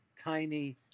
tiny